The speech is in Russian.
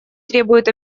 требуют